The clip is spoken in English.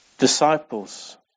disciples